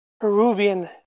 Peruvian